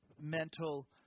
mental